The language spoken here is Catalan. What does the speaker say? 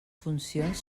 funcions